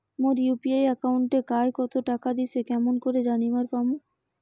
মোর UPI একাউন্টে কায় কতো টাকা দিসে কেমন করে জানিবার পামু?